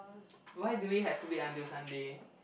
why do we have to wait until Sunday